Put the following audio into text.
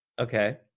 Okay